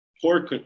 poor